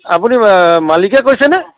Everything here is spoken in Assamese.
আপুনি মালিকে কৈছেনে